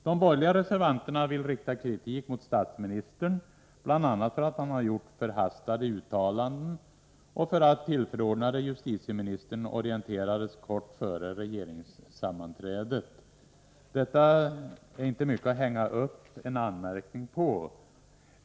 De borgerliga reservanterna vill rikta kritik mot statsministern bl.a. för att han gjort förhastade uttalanden och för att den tillförordnade justitieministern orienterades kort före regeringssammanträdet. Detta är inte mycket att hänga upp en anmärkning på.